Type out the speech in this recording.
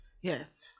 Yes